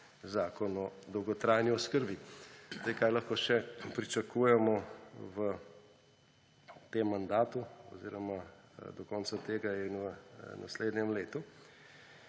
Zakon o dolgotrajni oskrbi. Kaj lahko še pričakujemo v tem mandatu oziroma do konca tega in v naslednjem letu?